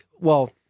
well-